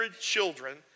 children